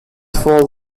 fall